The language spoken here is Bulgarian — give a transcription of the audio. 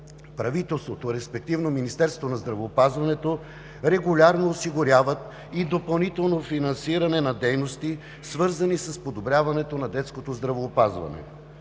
правителството, респективно Министерството на здравеопазването, регулярно осигуряват и допълнително финансиране на дейности, свързани с подобряването на детското здравеопазване.